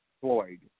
Floyd